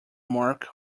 mark